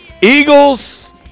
Eagles